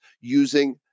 using